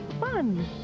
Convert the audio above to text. fun